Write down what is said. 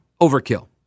overkill